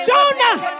Jonah